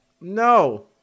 No